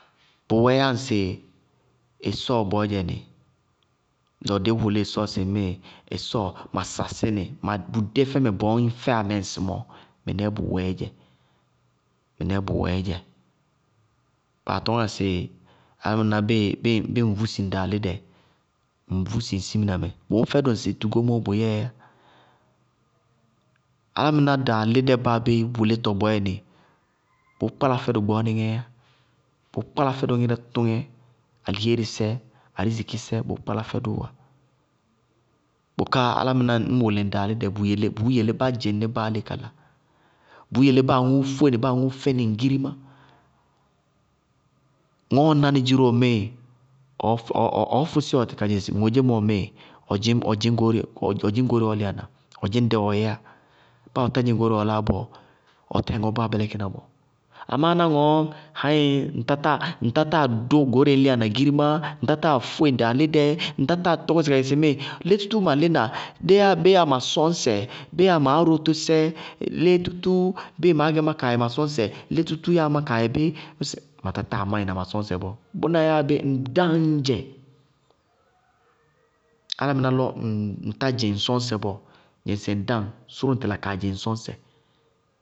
Bʋwɛɛyá ŋsɩ ɩsɔɔ bɔɔdzɛnɩ, dɩ wɛ dɩɩ wʋlɩ ɩsɔ sɩ ɩsɔɔ, ma sasí nɩ, ma bʋ dé fɛmɛ bɔɔ ñ fɛyá mɛ ŋsɩmɔɔɔ, mɩnɛɛ bʋ wɛɛdzɛ, mɩnɛɛ bʋ wɛɛdzɛ baa tɔñŋa sɩ álámɩná bɩɩ bɩɩ ŋ vúsi ŋ daalídɛ, ŋ vúsi ŋ siminamɛ, bʋ mʋ fɛdʋ ŋsɩ tugómoó bʋyɛɛyá. Álámɩná daalídɛ báa bé wʋlítɔ bɔɔyɛnɩ, bʋʋ kpála fɛdʋ gbɔɔnɩŋɛ yá, bʋʋ kpála fɛdʋ ŋɩrɛtʋtʋŋɛ alihéériisɛ, arizikisɛ, bʋʋ kpála fɛdʋʋ wá, bʋká álámɩná ñ wʋlɩ ŋ daalɩdɛ, bʋʋ yelé bádzɩŋ nɩ báa lé kala, bʋʋ yelé báa aŋʋʋ fóé nɩ, báa aŋʋʋ fɛnɩ ŋ girimá. Ŋɔɔ nánɩ dziró ŋmɩɩ ɔɔ fʋsɩ ɔtɩ ka dzɩŋsɩ ŋodzémɔ ŋmɩɩ ɔ dzɩñ goóreé ɔ́lɩyana, ɔ dzɩñ dɛɛ ɔɔ yɛyá, báa ɔtá dzɩŋ goóreé ɔɔ láa bɔɔ, ʋ táyɛ ŋɔɔ báa bɛlɛkɩna bɔɔ. Amá ná ŋɔɔ haɩɩɩŋ! Ŋ tátáa dʋ goóreé ñ lɩyána girimá, ŋ tátáa fóé ŋ daalídɛ, ŋ tátáa tɔkɔsɩ kagɛ sɩŋmɩɩ lé tútúú ma lína, bé yáa ma sɔñsɛ, bé yáa ma árotósɛ, lé tútúú bíɩ maá gɛ má kaayɛ ma sɔñsɛ, lé tútúú yáa má kaayɛbí? Ŋñ mí sɩ ma táa máɩ na ma sñsɛ bɔɔ. Bʋná yáa bé? Ŋ dáññ dzɛ! Álámɩná lɔ ŋtá dzɩŋ ŋ sɔñsɛ bɔɔ, dzɩŋsɩ ŋdáŋ, sʋrʋ ŋtɩ la kaa dzɩŋ ŋ sɔñsɛ.